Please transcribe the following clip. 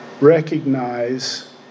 recognize